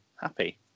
happy